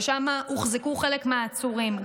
שם הוחזקו חלק מהעצורים.